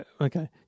okay